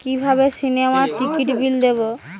কিভাবে সিনেমার টিকিটের বিল দেবো?